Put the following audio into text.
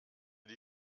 die